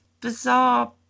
bizarre